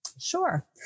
Sure